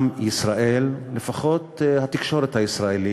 עם ישראל, לפחות התקשורת הישראלית,